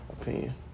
opinion